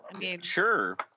Sure